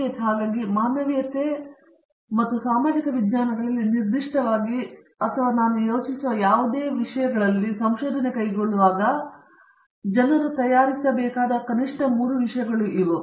ರಾಜೇಶ್ ಕುಮಾರ್ ಹಾಗಾಗಿ ಮಾನವೀಯತೆ ಮತ್ತು ಸಾಮಾಜಿಕ ವಿಜ್ಞಾನಗಳಲ್ಲಿ ನಿರ್ದಿಷ್ಟವಾಗಿ ಮತ್ತು ನಾನು ಯೋಚಿಸುವ ಯಾವುದೇ ಇತರ ಶಿಸ್ತುಗಳಲ್ಲಿ ಸಂಶೋಧನೆ ಕೈಗೊಳ್ಳುವಾಗ ಜನರು ತಯಾರಿಸಬೇಕಾದ ಕನಿಷ್ಠ 3 ವಿಷಯಗಳು ಇವು